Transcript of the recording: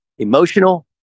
Emotional